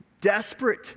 desperate